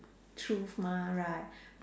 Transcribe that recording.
truth mah right